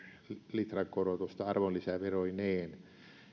litrakorotusta arvonlisäveroineen